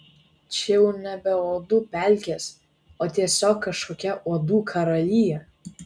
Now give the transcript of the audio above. čia jau nebe uodų pelkės o tiesiog kažkokia uodų karalija